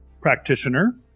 practitioner